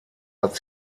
hat